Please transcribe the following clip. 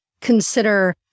consider